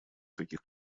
таких